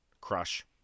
Crush